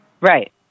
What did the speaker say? right